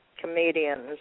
comedians